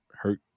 hurt